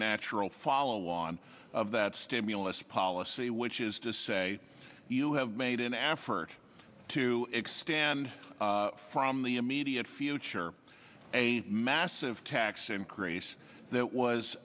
natural follow on of that stimulus policy which is to say you have made an effort to extend from the immediate future a massive tax increase that was